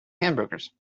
hamburgers